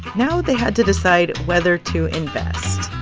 now they had to decide whether to invest.